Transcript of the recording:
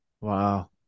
Wow